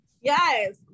Yes